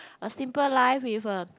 a simple life with a